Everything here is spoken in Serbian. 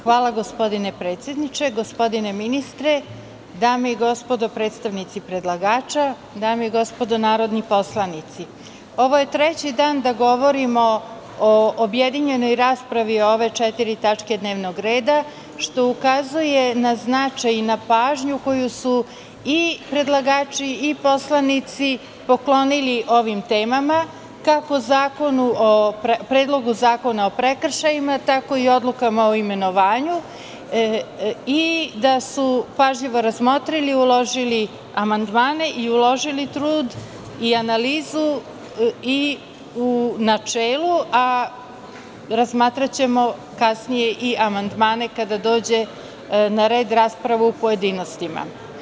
Hvala gospodine predsedniče, gospodine ministre, dame i gospodo predstavnici predlagača, dame i gospodo narodni poslanici, ovo je treći dan da govorimo o objedinjenoj raspravi ove četiri tačke dnevnog reda, što ukazuje na značaj i na pažnju koju su i predlagači i poslanici poklonili ovim temama, kako o Predlogu zakona o prekršajima, tako i o odlukama o imenovanju i da su pažljivo razmotrili, uložili amandmane i uložili trud i analizu i u načelu, a razmatraćemo kasnije i amandmane kada dođe na red rasprava u pojedinostima.